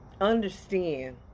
understand